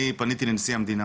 אני פניתי לנשיא המדינה